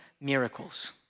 miracles